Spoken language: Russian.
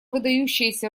выдающееся